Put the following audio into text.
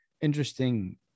interesting